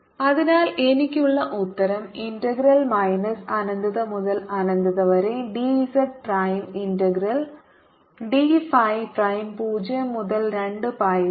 അതിനാൽ എനിക്കുള്ള ഉത്തരം ഇന്റഗ്രൽ മൈനസ് അനന്തത മുതൽ അനന്തത വരെ dz prime integral D phi prime 0 മുതൽ 2 പൈ വരെ